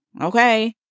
Okay